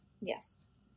Yes